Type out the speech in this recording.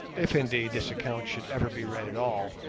if indeed this account should ever be read at all,